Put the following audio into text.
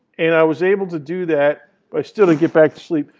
and i was able to do that, but i still didn't get back to sleep,